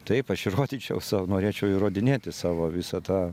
taip aš įrodyčiau sau norėčiau įrodinėti savo visą tą